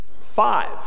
five